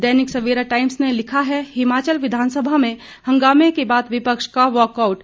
दैनिक Savera Times ने लिखा है हिमाचल विधानसभा में हंगामे के बाद विपक्ष का वॉकआऊट